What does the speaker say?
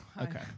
okay